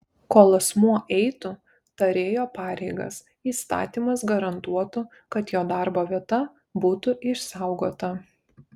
kol asmuo eitų tarėjo pareigas įstatymas garantuotų kad jo darbo vieta būtų išsaugota